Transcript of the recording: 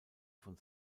von